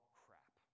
crap